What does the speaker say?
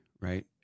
right